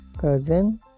Cousin